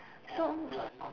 so